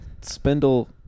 spindle